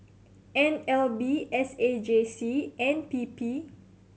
N L B S A J C and P P